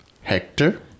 Hector